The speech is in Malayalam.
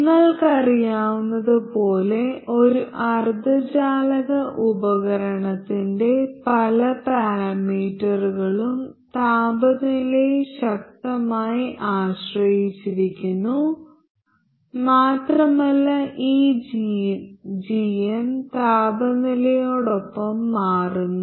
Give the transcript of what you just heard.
നിങ്ങൾക്കറിയാവുന്നതുപോലെ ഒരു അർദ്ധചാലക ഉപകരണത്തിന്റെ പല പാരാമീറ്ററുകളും താപനിലയെ ശക്തമായി ആശ്രയിച്ചിരിക്കുന്നു മാത്രമല്ല ഈ gm താപനിലയോടൊപ്പം മാറുന്നു